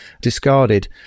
discarded